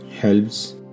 helps